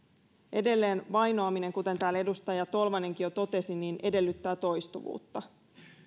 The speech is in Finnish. edelleen vainoaminen kuten täällä edustaja tolvanenkin jo totesi edellyttää toistuvuutta